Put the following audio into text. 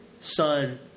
son